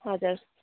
हजुर